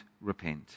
repent